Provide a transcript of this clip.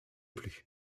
plus